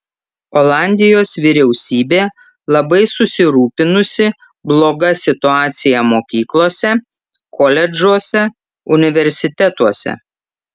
olandijos vyriausybė labai susirūpinusi bloga situacija mokyklose koledžuose universitetuose